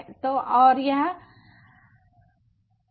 तो और यह पब्लिक है